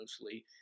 mostly